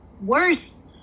Worse